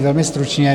Velmi stručně.